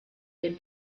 den